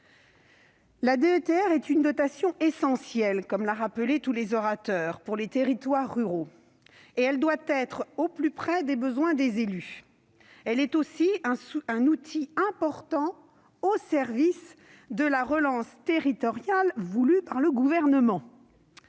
la DETR est une dotation essentielle pour les territoires ruraux, et elle doit être au plus près des besoins des élus. Elle est aussi un outil important au service de la relance territoriale voulue par le Gouvernement.